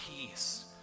peace